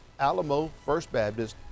alamofirstbaptist